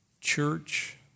Church